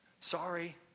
sorry